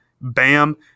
Bam